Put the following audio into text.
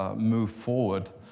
ah move forward,